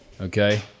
Okay